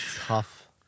tough